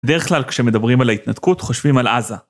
בדרך כלל כשמדברים על ההתנתקות חושבים על עזה.